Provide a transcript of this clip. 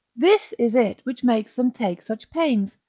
this is it which makes them take such pains,